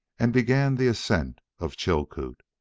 and began the ascent of chilcoot.